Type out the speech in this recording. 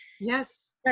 Yes